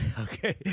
Okay